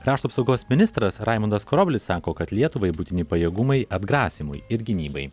krašto apsaugos ministras raimundas karoblis sako kad lietuvai būtini pajėgumai atgrasymui ir gynybai